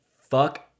fuck